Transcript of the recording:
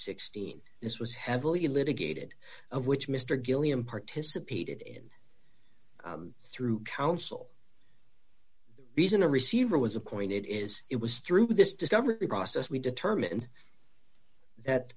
sixteen this was heavily litigated of which mr gilliam participated in through counsel the reason a receiver was appointed is it was through this discovery process we determined that